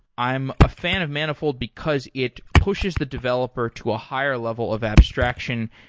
i'm a fan of manifold because it pushes the developer to a higher level of abstraction,